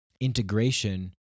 integration